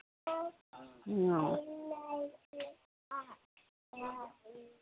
ꯑꯣ